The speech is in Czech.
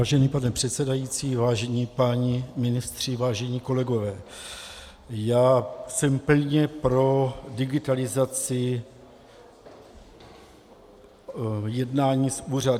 Vážený pane předsedající, vážení páni ministři, vážení kolegové, já jsem plně pro digitalizaci v jednání s úřady.